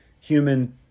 human